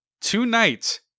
tonight